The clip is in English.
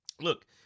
Look